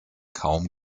kaum